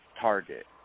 target